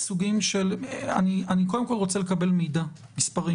אני קודם כול רוצה לקבל מספרים,